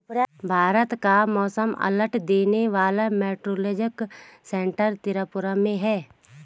भारत का मौसम अलर्ट देने वाला मेट्रोलॉजिकल सेंटर तिरुवंतपुरम में है